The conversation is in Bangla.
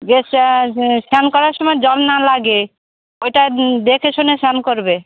গ স্নান করার সময় জল না লাগে ওইটা দেখে শুনে স্নান করবে